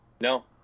No